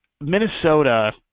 Minnesota